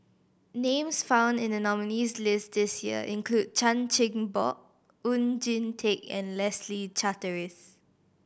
names found in the nominees' list this year include Chan Chin Bock Oon Jin Teik and Leslie Charteris